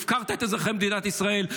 הפקרת את אזרחי מדינת ישראל.